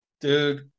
Dude